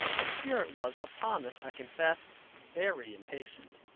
my spirit was, upon this, i confess, very impatient,